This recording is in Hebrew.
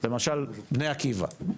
למשל בני עקיבא.